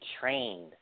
trained